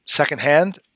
Secondhand